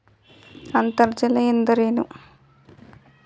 ಅಂತರ್ಜಲ ಎಂದರೇನು?